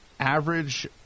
Average